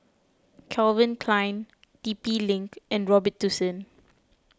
Calvin Klein T P Link and Robitussin